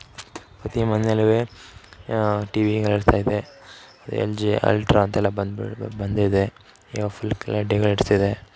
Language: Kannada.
ಪ್ರತಿ ಮನೆಯಲ್ಲೂ ಟಿವಿಗಳು ಇರ್ತಾಯಿದೆ ಎಲ್ ಜಿ ಅಲ್ಟ್ರಾ ಅಂತೆಲ್ಲ ಬಂದು ಬಂದಿದೆ ಈಗ ಫುಲ್ ಕ್ಲಾರಿಟಿಗಳು ಇರ್ತಿದೆ